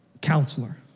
counselor